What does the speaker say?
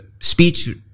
speech